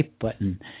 button